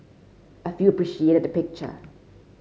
a few appreciated the picture